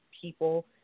people